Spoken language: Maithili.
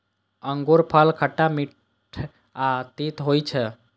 अंगूरफल खट्टा, मीठ आ तीत होइ छै